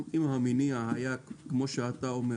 אם המניע היה כמו שאתה אומר,